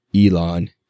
Elon